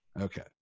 Okay